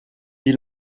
wie